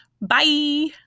Bye